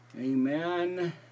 amen